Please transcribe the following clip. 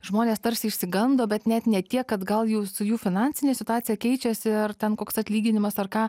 žmonės tarsi išsigando bet net ne tiek kad gal jau su jų finansinė situacija keičiasi ar ten koks atlyginimas ar ką